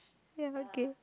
ya okay